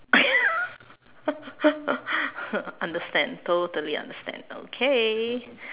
understand totally understand okay